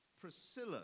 Priscilla